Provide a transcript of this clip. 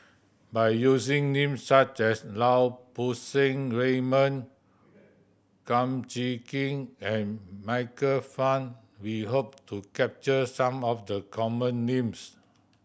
by using names such as Lau Poo Seng Raymond Kum Chee Kin and Michael Fam we hope to capture some of the common names